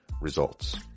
results